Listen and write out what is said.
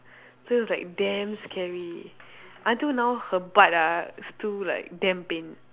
so it's like damn scary until now her butt ah is still like damn pain